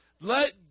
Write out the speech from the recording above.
Let